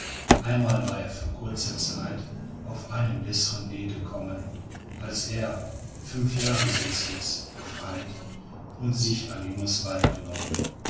einmal war er für kurze zeit auf einen bessern weg gekommen als er fünf jahr sind's jetzt gefreit und sich ein junges weib genommen